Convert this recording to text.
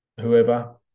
whoever